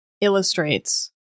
illustrates